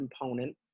component